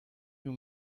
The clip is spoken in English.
you